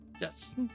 Yes